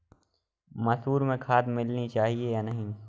मसूर में खाद मिलनी चाहिए या नहीं?